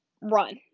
run